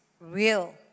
real